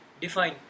Define